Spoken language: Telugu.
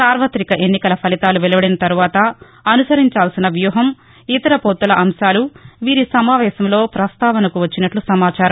సార్వతిక ఎన్నికల ఫలితాలు వెలువడిన తర్వాత అనుసరించవలసిన వ్యూహం ఇతర పొత్తుల అంశాలు వీరి సమావేశంలో పస్తావనకు వచ్చినట్లు సమాచారం